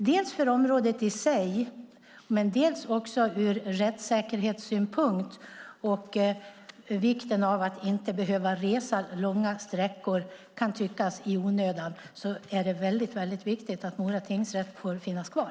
Dels för området i sig, dels också ur rättssäkerhetssynpunkt och med tanke på vikten av att inte behöva resa långa sträckor som det kan tyckas i onödan är det väldigt viktigt att Mora tingsrätt får finnas kvar.